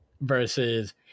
versus